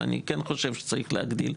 ואני כן חושב שצריך להגדיל,